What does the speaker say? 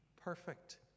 perfect